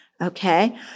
okay